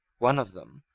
one of them,